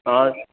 ஆ